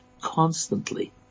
constantly